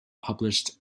published